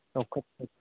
ꯆꯥꯎꯈꯠꯄꯁꯤ